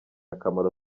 akamaro